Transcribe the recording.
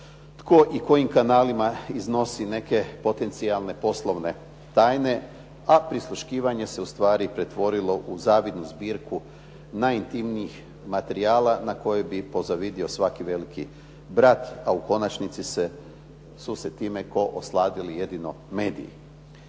tko i kojim kanalima iznosi neke potencijalne poslovne tajne, a prisluškivanje se ustvari pretvorilo u zavidnu zbirku najintimnijih materijala na kojem bi pozavidio svaki Veliki brat, a u konačnici su se time osladili jedno mediji.